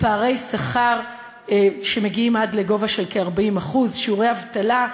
פערי שכר שמגיעים עד לגובה של כ-40%; שיעורי אבטלה,